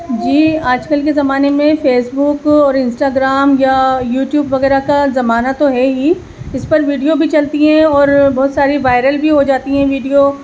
جی آج کل کے زمانے میں فیسبک اور انسٹاگرام یا یوٹیوب وغیرہ کا زمانہ تو ہے ہی اس پر ویڈیو بھی چلتی ہیں اور بہت ساری وائرل بھی ہو جاتی ہیں ویڈیو